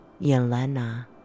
Yelena